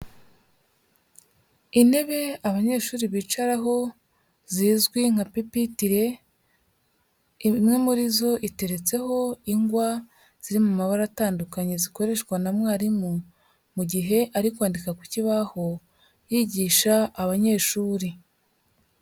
Intebe abanyeshuri bicaraho zizwi nka pepitire, imwe muri zo iteretseho ingwa ziri mu mabara atandukanye zikoreshwa na mwarimu, mu gihe ari kwandika ku kibaho, yigisha abanyeshuri.